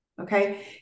Okay